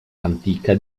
antica